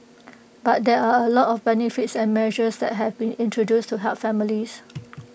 but there are A lot of benefits and measures that have been introduced to help families